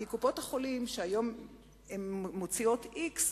כי קופות-החולים שהיום מוציאות x,